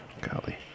Golly